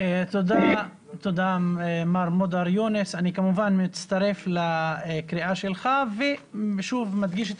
אני כמובן מצטרך לקריאה שלך ושוב מדגיש את